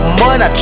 money